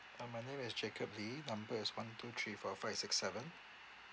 uh my name is jacob lee number is one two three four five six seven